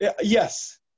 Yes